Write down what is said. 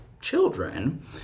children